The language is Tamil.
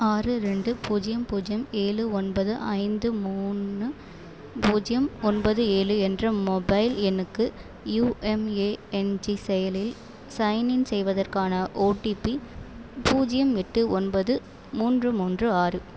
ஆறு ரெண்டு பூஜ்ஜியம் பூஜ்ஜியம் ஏழு ஒன்பது ஐந்து மூணு பூஜ்ஜியம் ஒன்பது ஏழு என்ற மொபைல் எண்ணுக்கு யுஎம்ஏஎன்ஜி செயலியில் சைன்இன் செய்வதற்கான ஓடிபி பூஜ்ஜியம் எட்டு ஒன்பது மூன்று மூன்று ஆறு